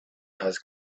has